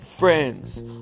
Friends